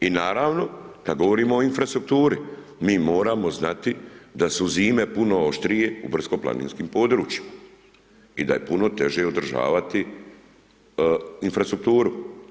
I naravno, kad govorimo o infrastrukturi, mi moramo znati da su zime puno oštrije u brdsko planinskim područjima i da je puno teže održavati infrastrukturu.